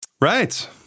Right